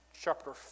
chapter